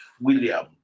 William